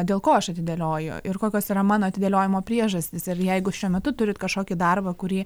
dėl ko aš atidėlioju ir kokios yra mano atidėliojimo priežastys ir jeigu šiuo metu turit kažkokį darbą kurį